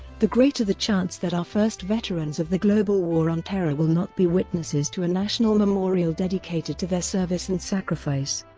the greater the chance that our first veterans of the global war on terror will not be witnesses to a national memorial dedicated to their service and sacrifice.